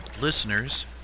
listeners